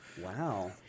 Wow